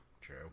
True